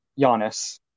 Giannis